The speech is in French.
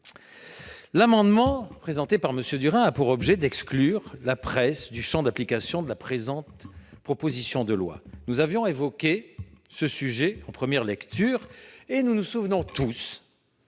L'amendement présenté par M. Durain a pour objet d'exclure la presse du champ d'application de la présente proposition de loi. Je le redis, nous avions évoqué ce sujet en première lecture, et nous nous souvenons tous